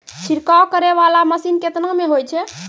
छिड़काव करै वाला मसीन केतना मे होय छै?